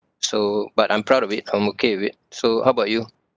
so but I'm proud of it I'm okay with so how about you